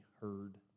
heard